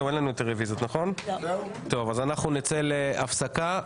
אנחנו נצא להפסקה.